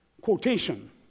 quotation